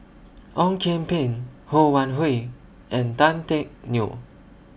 Ong Kian Peng Ho Wan Hui and Tan Teck Neo